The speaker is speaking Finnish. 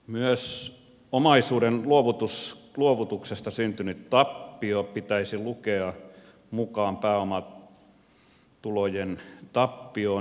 myös omaisuuden luovutuksesta syntynyt tappio pitäisi lukea mukaan pääomatulojen tappioon